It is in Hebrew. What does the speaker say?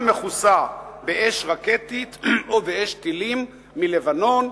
מכוסה באש רקטית או באש טילים מלבנון,